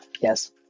Yes